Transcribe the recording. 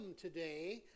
today